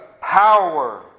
power